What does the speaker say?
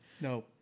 No